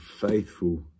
faithful